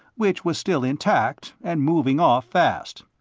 which was still intact and moving off fast.